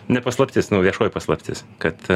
ne paslaptis nu viešoji paslaptis kad